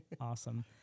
Awesome